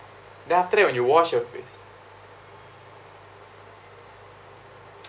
then after that when you wash your face